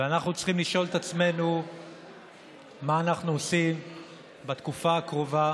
ואנחנו צריכים לשאול את עצמנו מה אנחנו עושים בתקופה הקרובה